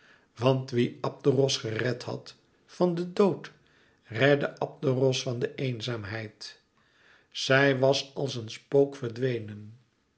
want wie abderos gered had van den dood redde abderos van de eenzaamheid zij was als een spook verdwenen